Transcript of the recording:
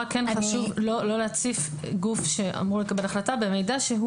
חשוב לא להציף גוף שאמור לקבל החלטה במידע שהוא